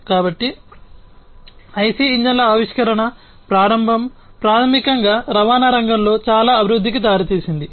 కాబట్టి ఐసి ఇంజిన్ల ఆవిష్కరణ ప్రారంభం ప్రాథమికంగా రవాణా రంగంలో చాలా అభివృద్ధికి దారితీసింది